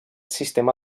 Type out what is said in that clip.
sistema